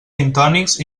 gintònics